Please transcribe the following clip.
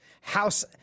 House